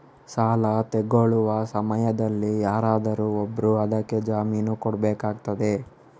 ಸಾಲ ತೆಗೊಳ್ಳುವ ಸಮಯದಲ್ಲಿ ಯಾರಾದರೂ ಒಬ್ರು ಅದಕ್ಕೆ ಜಾಮೀನು ಕೊಡ್ಬೇಕಾಗ್ತದೆ